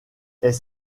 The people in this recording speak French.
est